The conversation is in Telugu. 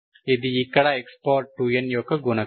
ఇది ఇక్కడ x2n యొక్క గుణకం